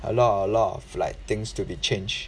a lot a lot of like things to be changed